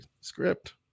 script